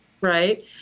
right